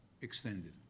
extended